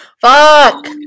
Fuck